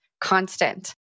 constant